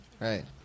right